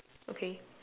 okay